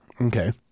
Okay